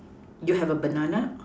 you have a banana